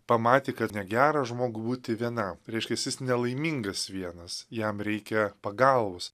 pamatė kad negera žmogui būti vienam reiškias jis nelaimingas vienas jam reikia pagalbos